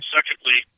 Secondly